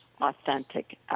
authentic